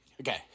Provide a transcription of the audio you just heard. Okay